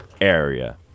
area